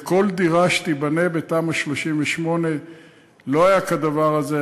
לכל דירה שתיבנה בתמ"א 38. לא היה כדבר הזה.